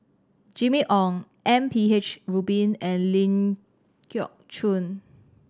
Jimmy Ong M P H Rubin and Ling Geok Choon